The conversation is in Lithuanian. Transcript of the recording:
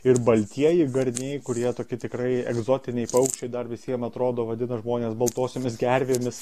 ir baltieji garniai kurie tokie tikrai egzotiniai paukščiai dar visiem atrodo vadina žmonės baltosiomis gervėmis